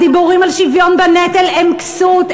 הדיבורים על שוויון בנטל הם כסות,